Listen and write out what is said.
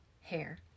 hair